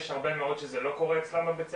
יש הרבה מאוד שזה לא קורה אצלם בבית הספר.